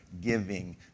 giving